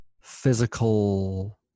physical